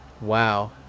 wow